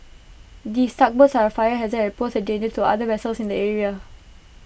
these tugboats are A fire hazard and pose A danger to other vessels in the area